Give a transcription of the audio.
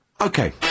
Okay